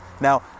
Now